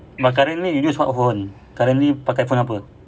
but currently you use what phone currently pakai phone apa